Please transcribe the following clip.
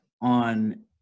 on